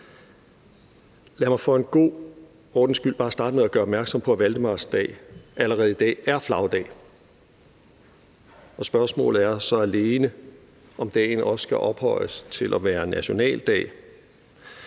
Lad mig bare for en god ordens skyld starte med at gøre opmærksom på, at valdemarsdag allerede i dag er flagdag, og spørgsmålet er så alene, om dagen også skal ophøjes til at være nationaldag.